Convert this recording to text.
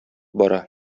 бара